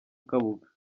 kabuga